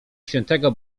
świętego